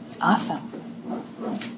Awesome